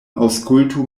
aŭskultu